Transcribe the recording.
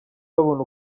babona